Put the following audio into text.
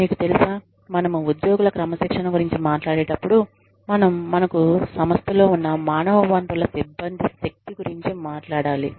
మీకు తెలుసా మనము ఉద్యోగుల క్రమశిక్షణ గురించి మాట్లాడేటప్పుడు మనం మనకు సంస్థలో ఉన్న మానవ వనరుల సిబ్బంది శక్తి గురించి మాట్లాడాలి